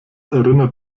erinnert